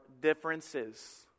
differences